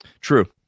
True